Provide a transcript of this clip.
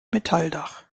metalldach